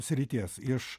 srities iš